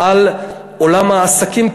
על עולם העסקים,